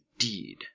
indeed